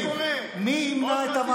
מי ימנע את המהלך הזה?